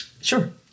Sure